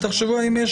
תחשבו האם יש